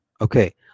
Okay